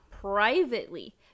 privately